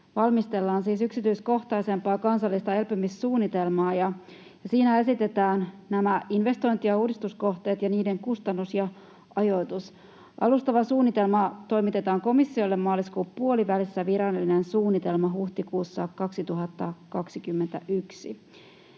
valmistellaan siis yksityiskohtaisempaa kansallista elpymissuunnitelmaa, ja siinä esitetään nämä investointi- ja uudistuskohteet ja niiden kustannukset ja ajoitus. Alustava suunnitelma toimitetaan komissiolle maaliskuun puolivälissä, virallinen suunnitelma huhtikuussa 2021.